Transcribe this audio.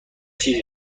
چیزی